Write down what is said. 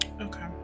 Okay